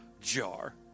jar